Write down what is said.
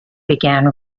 began